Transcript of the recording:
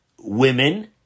women